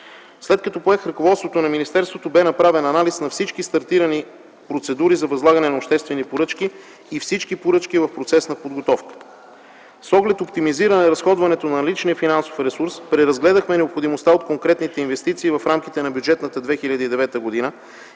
След като поех ръководството на министерството, бе направен анализ на всички стартирали процедури за възлагане на обществени поръчки и всички поръчки в процес на подготовка. С оглед оптимизиране разходването на личния финансов ресурс, преразгледахме необходимостта от конкретни инвестиции в рамките на бюджетната 2009 г. и